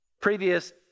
previous